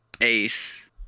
Ace